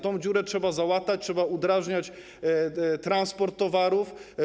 Tę dziurę trzeba załatać, trzeba udrażniać transport towarów.